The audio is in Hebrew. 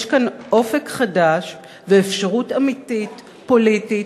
יש כאן אופק חדש ואפשרות אמיתית פוליטית,